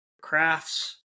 crafts